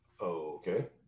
Okay